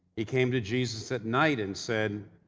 he came to jesus at night and said,